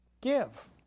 give